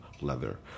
leather